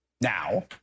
now